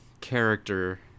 character